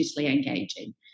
engaging